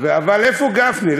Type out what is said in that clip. אבל איפה גפני?